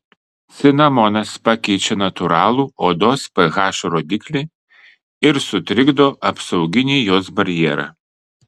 cinamonas pakeičia natūralų odos ph rodiklį ir sutrikdo apsauginį jos barjerą